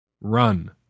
Run